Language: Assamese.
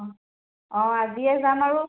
অ' অ' আজিয়ে যাম আৰু